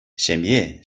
ҫемье